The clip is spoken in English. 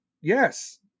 yes